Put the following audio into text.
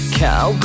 cow